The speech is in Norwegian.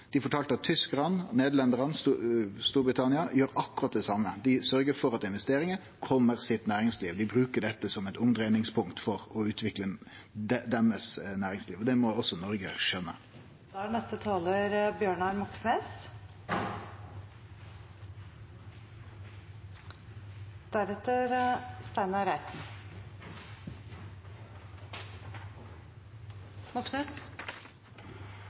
Dei fortalde at tyskarane, nederlendarane og britane gjer akkurat det same: Dei sørgjer for at investeringar kjem til næringslivet sitt. Dei bruker dette som eit omdreiingspunkt for å utvikle næringslivet deira, og det må også Noreg